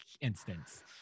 instance